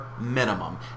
minimum